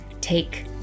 Take